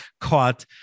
caught